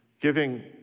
giving